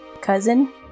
cousin